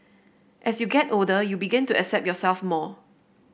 as you get older you begin to accept yourself more